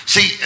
See